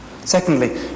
Secondly